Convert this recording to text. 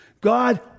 God